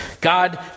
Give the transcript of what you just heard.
God